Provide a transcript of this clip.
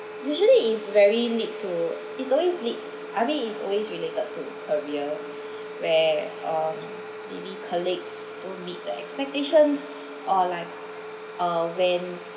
usually it's very need to it's always need I mean it's always related to career where um maybe colleagues who meet the expectations or like uh when